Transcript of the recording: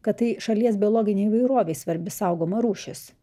kad tai šalies biologinei įvairovei svarbi saugoma rūšis